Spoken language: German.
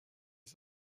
ist